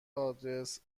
آدرس